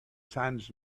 sands